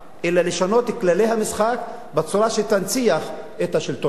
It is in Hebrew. אלא לשנות את כללי המשחק בצורה שתנציח את השלטון שלהם.